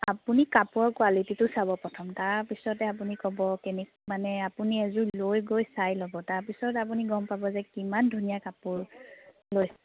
আপুনি কাপোৰৰ কোৱালিটীটো চাব প্ৰথম তাৰপিছতে আপুনি ক'ব কেনেক্ মানে আপুনি এযোৰ লৈ গৈ চাই ল'ব তাৰপিছত আপুনি গম পাব যে কিমান ধুনীয়া কাপোৰ লৈছে